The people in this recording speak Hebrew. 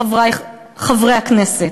חברי חברי הכנסת,